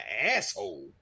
asshole